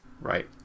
Right